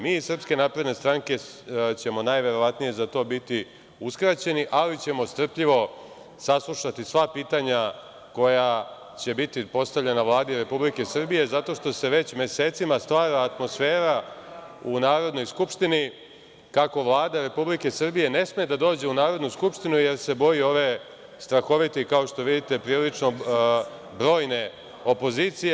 Mi iz SNS ćemo najverovatnije za to biti uskraćeni, ali ćemo strpljivo saslušati sva pitanja koja će biti postavljena Vladi Republike Srbije, zato što se već mesecima stvara atmosfera u Narodnoj skupštini kako Vlada Republike Srbije ne sme da dođe u Narodnu skupštinu jer se boji ove strahovite i, kao što vidite, prilično brojne opozicije.